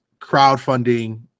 crowdfunding